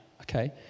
okay